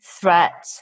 threat